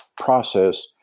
process